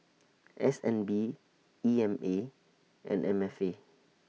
S N B E M A and M F A